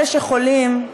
אלה שחולים,